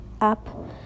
up